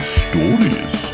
stories